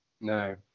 No